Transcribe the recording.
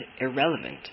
irrelevant